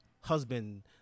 husband